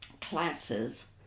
classes